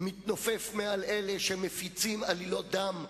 מתנופף מעל אלה שמפיצים עלילות דם,